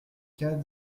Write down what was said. quatre